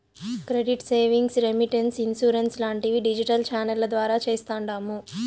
credit savings, remittance, insurance లాంటివి digital ఛానెల్ల ద్వారా చేస్తాండాము